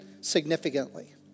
significantly